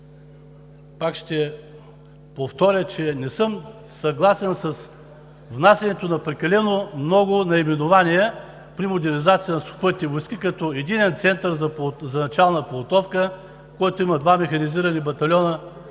пак ще повторя, че не съм съгласен с внасянето на прекалено много наименования при модернизацията на Сухопътните войски като Единния център за начална подготовка, в който има два механизирани батальона,